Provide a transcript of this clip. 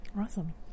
Awesome